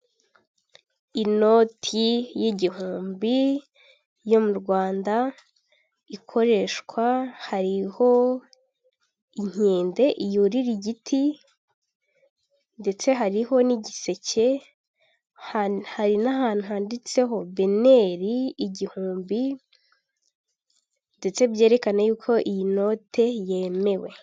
Inoti y'igihumbi yo mu Rwanda ikoreshwa, hariho inkende yurira igiti ndetse hariho n'igiseke, hari n'ahantu handitseho beneri igihumbi ndetse byerekana y'uko iyi note yemewe.